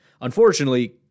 Unfortunately